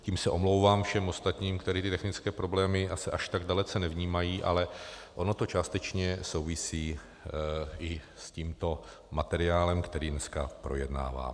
Tím se omlouvám všem ostatním, kteří ty technické problémy až tak dalece nevnímají, ale ono to částečně souvisí s tímto materiálem, který dneska projednáváme.